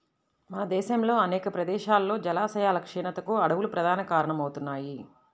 మన దేశంలో అనేక ప్రదేశాల్లో జలాశయాల క్షీణతకు అడవులు ప్రధాన కారణమవుతున్నాయి